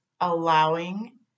allowing